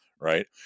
right